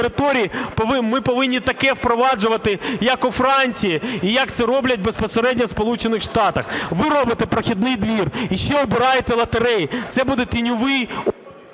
ми повинні таке впроваджувати, як у Франції і як це роблять безпосередньо в Сполучених Штатах. Ви робите прохідний двір і ще обираєте лотереї. Це буде тіньовий...